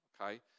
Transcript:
okay